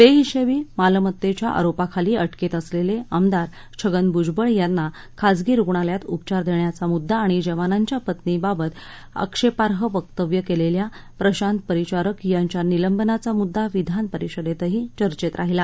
बेहिशेबी मालमत्तेच्या आरोपाखाली अटकेत असलेले आमदार छगन भूजबळ यांना खाजगी रुग्णालयात उपचार देण्याचा मुद्दा आणि जवानांच्या पत्नींबाबत आक्षेपार्ह वक्तव्य केलेल्या प्रशांत परिचारक यांच्या निलंबनाचा मुद्दा विधानपरिषदेतही चर्चेत राहिला